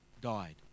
died